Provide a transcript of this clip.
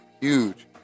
Huge